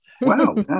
Wow